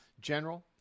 general